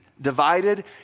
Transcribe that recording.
divided